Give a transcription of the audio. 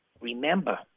Remember